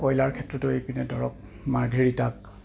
কয়লাৰ ক্ষেত্ৰতো এই পিনে ধৰক মাৰ্ঘেৰিটাত